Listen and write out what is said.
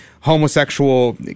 homosexual